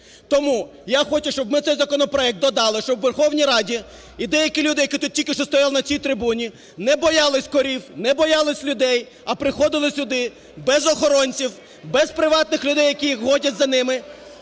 Тому я хочу, щоб ми в цей законопроект додали, щоб в Верховній Раді і деякі люди, які тут тільки що стояли на цій трибуні, не боялись корів, не боялись людей, а приходили сюди без охоронців, без приватних людей, які ходять за ними.